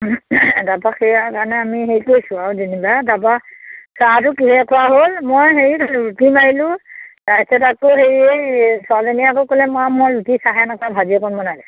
তাপা সেয়াকাৰণে আমি হেৰি কৰিছোঁ আৰু যেনিবা তাপা চাহটো কিহে খোৱা হ'ল মই হেৰি ৰুটি মাৰিলোঁ তাৰপিছত আকৌ হেৰি এই ছোৱালীজনীয়ে আকৌ ক'লে মাঁ মই ৰুটি চাহে নাখাও ভাজি অকণ বনাই দে